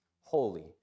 holy